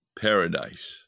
paradise